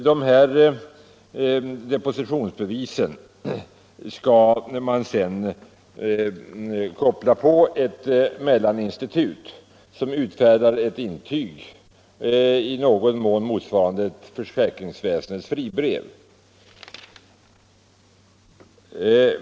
Vidare skall man koppla in ett mellaninstitut, som skall förvara depositionsbevisen och utfärda intyg härom. Dessa intyg motsvarar i någon mån försäkringsväsendets fribrev.